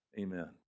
Amen